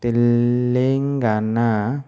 Telangana